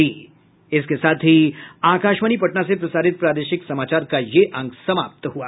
इसके साथ ही आकाशवाणी पटना से प्रसारित प्रादेशिक समाचार का ये अंक समाप्त हुआ